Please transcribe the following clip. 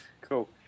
Cool